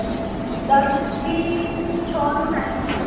દસ થી છનો ટાઈમ છે